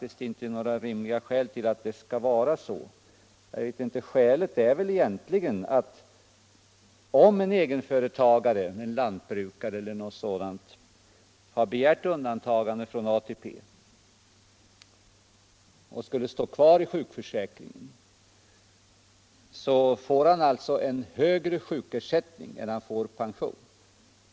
Skälet till denna ordning är väl egentligen att om en egenföretagare, t.ex. en lantbrukare, begär undantagande från ATP och skulle stå kvar i sjukförsäkringen, får han högre sjukersättning än pension.